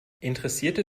interessierte